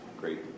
great